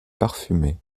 parfumée